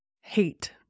hate